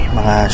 mga